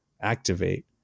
activate